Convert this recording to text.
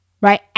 right